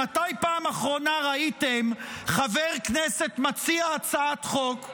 מתי בפעם האחרונה ראיתם חבר כנסת מציע הצעת חוק,